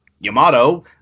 Yamato